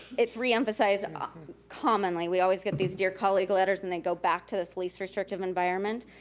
it's re-emphasized ah commonly. we always get these dear colleague letters and they go back to this least restrictive environment.